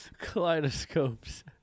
Kaleidoscopes